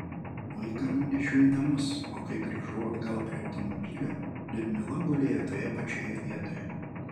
vaiką nunešiau į namus o kai grįžau atgal prie automobilio liudmila gulėjo toje pačioje vietoje